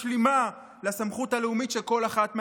משלימה לסמכות הלאומית של כל אחת מהמדינות,